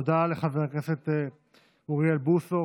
תודה לחבר הכנסת אוריאל בוסו.